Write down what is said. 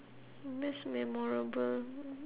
most memorable